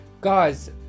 Guys